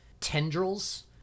tendrils